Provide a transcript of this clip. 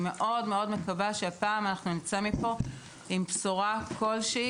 אני מקווה מאוד-מאוד שהפעם אנחנו נצא מפה עם בשורה כלשהי,